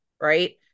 Right